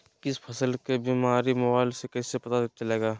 किसी फसल के बीमारी मोबाइल से कैसे पता चलेगा?